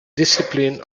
discipline